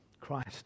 Christ